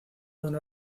una